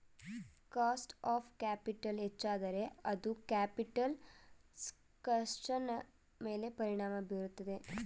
cost of capital ಹೆಚ್ಚಾದರೆ ಅದು capital ಸ್ಟ್ರಕ್ಚರ್ನ ಮೇಲೆ ಪರಿಣಾಮ ಬೀರುತ್ತದೆ